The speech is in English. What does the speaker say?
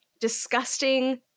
disgusting